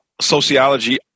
sociology